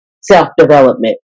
self-development